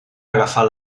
agafar